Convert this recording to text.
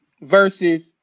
versus